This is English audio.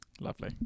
Lovely